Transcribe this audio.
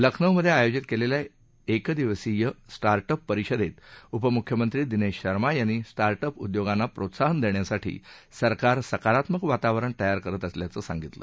लखनौमधे आयोजित केलेल्या एक दिवसीय स्टार्टअप परिषदेत उपमुख्यमंत्री दिनेश शर्मा यांनी स्टार्टअप उद्योगांना प्रोत्साहन देण्यासाठी सरकार सकारात्मक वातावरण तयार करत असल्याचं सांगितलं